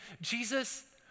Jesus